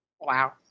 Wow